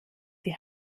die